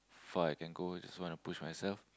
far I can go just wanna push myself